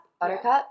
Buttercup